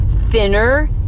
thinner